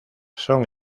son